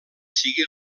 sigui